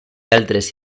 altres